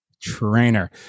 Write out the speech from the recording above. trainer